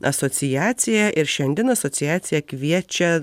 asociacija ir šiandien asociacija kviečia